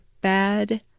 bad